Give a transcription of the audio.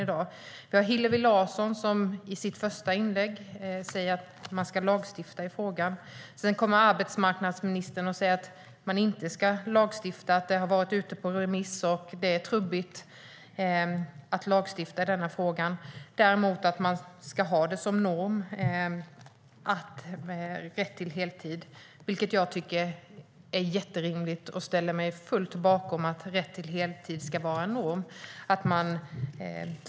I sitt första inlägg sa Hillevi Larsson att man ska lagstifta i frågan. Sedan kommer arbetsmarknadsministern och säger att man inte ska lagstifta - det har varit ute på remiss, och det är ett trubbigt instrument att lagstifta i denna fråga. Däremot ska man ha rätt till heltid som norm, vilket jag tycker är rimligt och ställer mig bakom.